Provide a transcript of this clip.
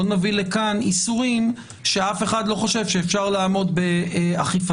לא נביא לכאן איסורים שאף אחד לא חושב שאפשר לעמוד באכיפתם.